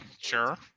Sure